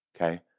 okay